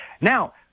now